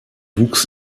wuchs